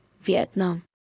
Vietnam